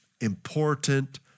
important